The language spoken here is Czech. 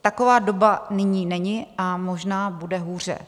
Taková doba nyní není a možná bude hůře.